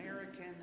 American